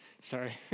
sorry